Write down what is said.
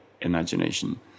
imagination